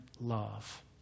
Love